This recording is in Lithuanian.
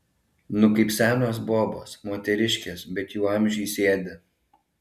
nu kaip senos bobos moteriškės bet jau amžiui sėdi